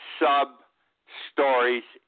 sub-stories